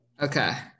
Okay